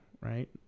right